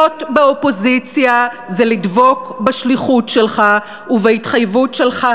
להיות באופוזיציה זה לדבוק בשליחות שלך ובהתחייבות שלך